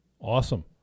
Awesome